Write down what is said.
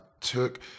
took